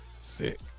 Sick